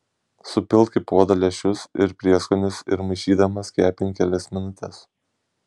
supilk į puodą lęšius ir prieskonius ir maišydamas kepink kelias minutes